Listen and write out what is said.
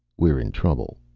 we're in trouble.